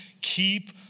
keep